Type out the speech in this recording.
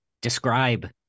describe